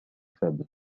faible